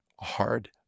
hard